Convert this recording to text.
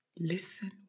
Listen